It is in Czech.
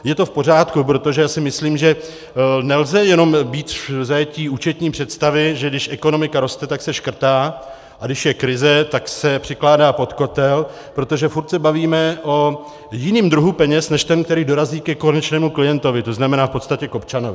Je to v pořádku, protože si myslím, že nelze jenom být v zajetí účetní představy, že když ekonomika roste, tak se škrtá, a když je krize, tak se přikládá pod kotel, protože stále se bavíme o jiném druhu peněz než ten, který dorazí ke konečnému klientovi, to znamená v podstatě k občanovi.